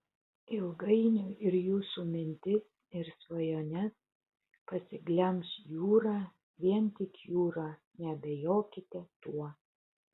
ilgainiui ir jūsų mintis ir svajones pasiglemš jūra vien tik jūra neabejokite tuo